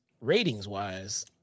ratings-wise